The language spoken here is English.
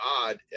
odd